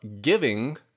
giving